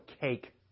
cake